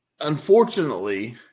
unfortunately